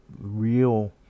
real